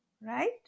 Right